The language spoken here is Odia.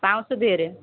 ପାଉଁଶ ଦେହରେ